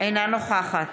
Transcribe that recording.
אינה נוכחת